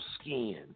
skin